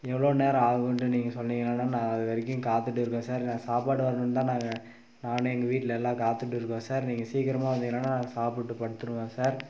எவ்வளோ நேரம் ஆகுன்ட்டு நீங்கள் சொன்னீங்கன்னா நான் அதுவரைக்கும் காத்துகிட்டு இருக்கேன் சார் நான் சாப்பாடு வரணும்னு தான் நாங்கள் நான் எங்கள் வீட்டில் எல்லோரும் காத்துகிட்டு இருக்கோம் சார் நீங்கள் சீக்கிரமாக வந்தீங்கன்னா நாங்கள் சாப்பிட்டுட்டு படுத்துடுவோம் சார்